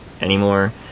anymore